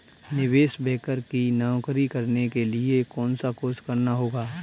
निवेश बैंकर की नौकरी करने के लिए कौनसा कोर्स करना होगा?